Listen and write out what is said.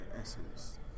essence